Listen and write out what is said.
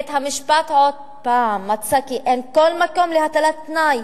בית-המשפט עוד פעם מצא כי אין כל מקום להטלת תנאי